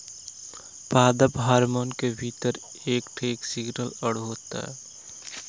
पादप हार्मोन के भीतर एक ठे सिंगल अणु होला